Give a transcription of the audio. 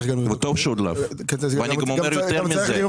יכול לסיים?